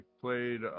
Played